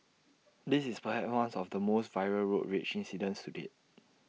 this is perhaps ones of the most viral road rage incidents to date